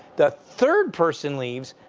the third person leaves.